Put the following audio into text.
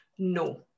No